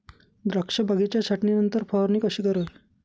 द्राक्ष बागेच्या छाटणीनंतर फवारणी कशी करावी?